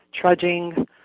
trudging